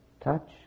touch